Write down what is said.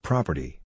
Property